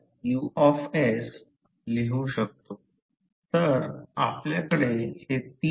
आणि हा एक कोर आहे हा आणखी एक कोर आहे ज्यामध्ये काही एअर गॅप आहे